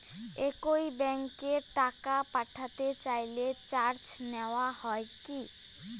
একই ব্যাংকে টাকা পাঠাতে চাইলে চার্জ নেওয়া হয় কি?